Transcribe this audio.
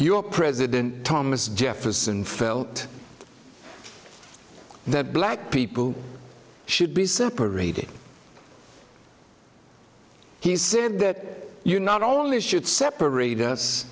your president thomas jefferson felt that black people should be separated he said that you not only should separate us